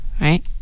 right